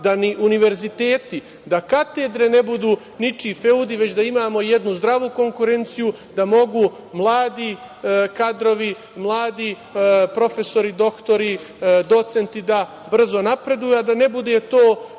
da ni univerziteti, da katedre ne budu ničiji feudi, već da imamo jednu zdravu konkurenciju da mogu mladi kadrovi, mladi profesori, doktori, docenti, da brzo napreduju, a da ne bude to